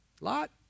Lot